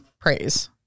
praise